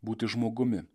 būti žmogumi